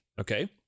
Okay